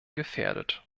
gefährdet